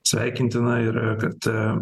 sveikintina ir kad